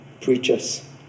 preachers